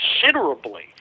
considerably